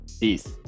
Peace